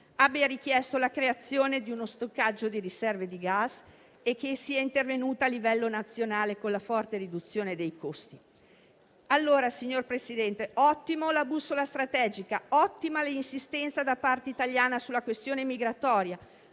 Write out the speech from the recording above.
abbia richiesto la creazione di uno stoccaggio di riserve di gas e che sia intervenuta a livello nazionale con la forte riduzione dei costi. Allora, signor Presidente, ottima la bussola strategica; ottima l'insistenza da parte italiana sulla questione migratoria;